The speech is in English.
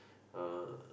uh